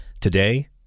Today